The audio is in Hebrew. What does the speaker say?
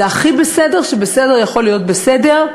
זה הכי בסדר שבסדר יכול להיות בסדר,